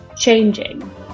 changing